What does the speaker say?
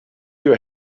you